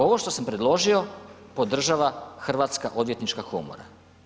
Ovo što sam predložio podržava Hrvatska odvjetnička komora.